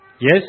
Yes